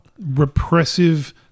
repressive